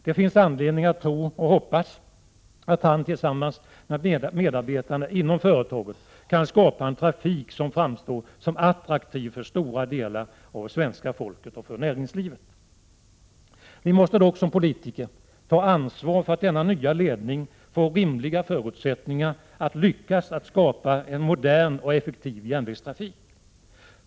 Det finns anledning att tro och hoppas att han tillsammans med medarbetarna inom företaget kan få SJ-trafiken att framstå som attraktiv för stora delar av svenska folket och för näringslivet. Vi måste dock som politiker ta ansvar för att denna nya ledning får rimliga förutsättningar att lyckas skapa en modern och effektiv järnvägstrafik.